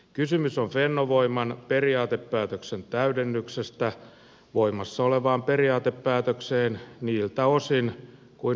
kysymys on fennovoiman periaatepäätöksen täydennyksestä voimassa olevaan periaatepäätökseen niiltä osin kuin hanke on muuttunut